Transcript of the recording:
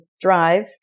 drive